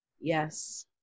Yes